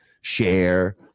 share